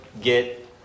get